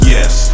Yes